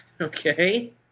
Okay